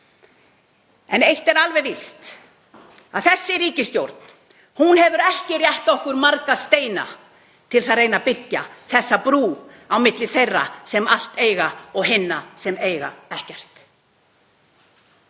En eitt er alveg víst að þessi ríkisstjórn hefur ekki rétt okkur marga steina til að reyna að byggja þessa brú á milli þeirra sem allt eiga og hinna sem eiga ekkert.